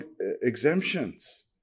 exemptions